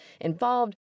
involved